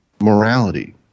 morality